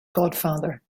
godfather